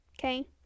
Okay